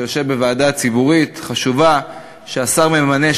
שיושב בוועדה ציבורית חשובה שהשר ממנה,